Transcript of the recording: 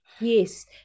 Yes